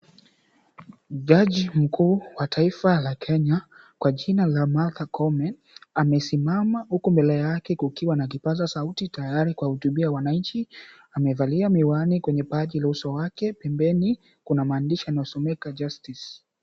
Jaji mkuu wa taifa la Kenya kwa jina Martha Koome amesimama huku mbele yake kukiwa na kipaza sauti tayari kuwahutubia wananchi amevalia miwani kwenye paji la uso wake pembeni kuna maandishi yanayosomeka, Justice .